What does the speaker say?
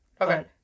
Okay